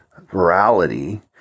virality